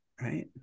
right